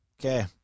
Okay